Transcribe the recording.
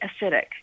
acidic